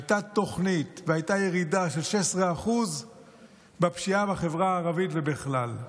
הייתה תוכנית והייתה ירידה של 16% בפשיעה בחברה הערבית ובכלל.